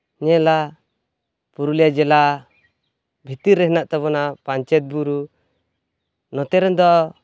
ᱧᱮᱞᱟ ᱯᱩᱨᱩᱞᱤᱭᱟᱹ ᱡᱮᱞᱟ ᱵᱷᱤᱛᱤᱨ ᱨᱮ ᱦᱮᱱᱟᱜ ᱛᱟᱵᱚᱱᱟ ᱯᱟᱧᱪᱮᱛ ᱵᱩᱨᱩ ᱱᱚᱛᱮ ᱨᱮᱫᱚ